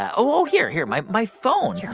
ah oh, here, here. my my phone your